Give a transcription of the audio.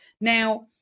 Now